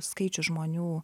skaičius žmonių